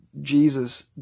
Jesus